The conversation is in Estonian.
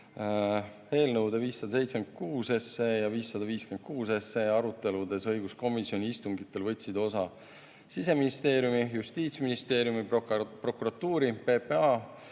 Eelnõude 576 ja 556 aruteludest õiguskomisjoni istungitel võtsid osa Siseministeeriumi, Justiitsministeeriumi, prokuratuuri, PPA,